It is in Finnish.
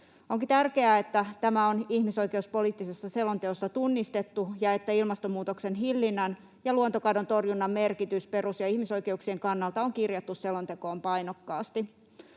Onkin tärkeää, että tämä on ihmisoikeuspoliittisessa selonteossa tunnistettu ja että ilmastonmuutoksen hillinnän ja luontokadon torjunnan merkitys perus‑ ja ihmisoikeuksien kannalta on kirjattu selontekoon painokkaasti.